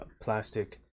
plastic